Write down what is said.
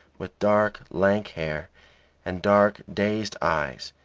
with dark, lank hair and dark, dazed eyes,